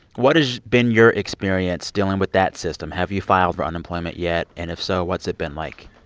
what has been your experience dealing with that system? have you filed for unemployment yet? and if so, what's it been like?